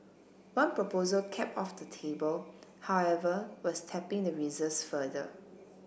one proposal kept off the table however was tapping the reserves further